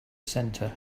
center